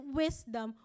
wisdom